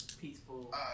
peaceful